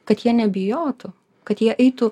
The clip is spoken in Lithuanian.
kad jie nebijotų kad jie eitų